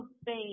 space